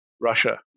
Russia